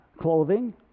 clothing